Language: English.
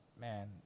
man